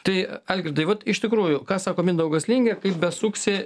tai algirdai vat iš tikrųjų ką sako mindaugas lingė kaip besuksi